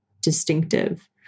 distinctive